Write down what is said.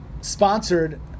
Sponsored